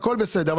הכל בסדר.